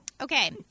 Okay